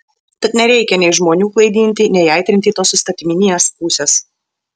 tad nereikia nei žmonių klaidinti nei aitrinti tos įstatyminės pusės